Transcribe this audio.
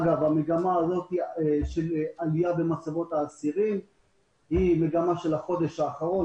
המגמה של העלייה במצבת האסירים היא מגמה בחודש האחרון.